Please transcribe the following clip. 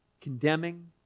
condemning